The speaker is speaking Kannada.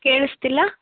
ಕೇಳಿಸ್ತಿಲ್ವಾ